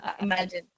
Imagine